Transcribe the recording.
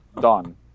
done